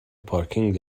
پارکینگ